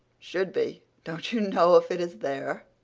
should be! don't you know if it is there?